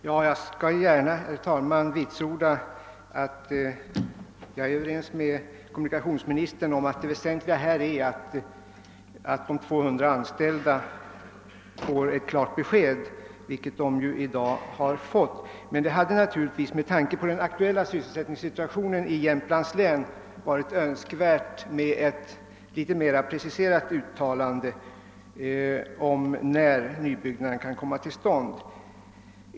Herr talman! Jag vill gärna vitsorda att jag är överens med kommunikationsministern om att det väsentliga är att de 200 anställda får ett klart besked, vilket de ju har fått i dag. Med hänsyn till den aktuella sysselsättningssituationen i Jämtlands län hade det dock varit önskvärt med ett något mer preciserat uttalande om den tidpunkt när nybyggnaden kan komma till stånd.